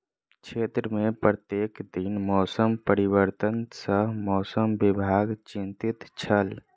क्षेत्र में प्रत्येक दिन मौसम परिवर्तन सॅ मौसम विभाग चिंतित छल